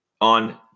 on